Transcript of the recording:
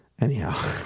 Anyhow